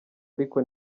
ariko